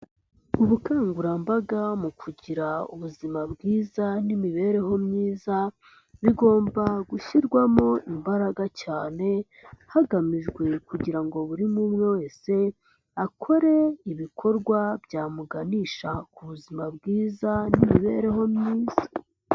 Ubukangurambaga mu kugira ubuzima bwiza, n'imibereho myiza, bigomba gushyirwamo imbaraga cyane hagamijwe kugira ngo buri umwe umwe wese akore ibikorwa byamuganisha ku buzima bwiza, n'imibereho myiza.